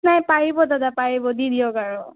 নাই পাৰিব দাদা পাৰিব দি দিয়ক আৰু